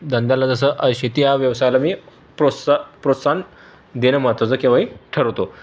धंद्याला जसं शेती हा व्यवसायाला मी प्रोत्साह प्रोत्साहन देणं महत्वाचा केव्हाही ठरवतो